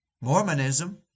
Mormonism